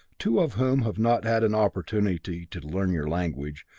two of whom have not had an opportunity to learn your language,